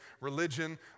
religion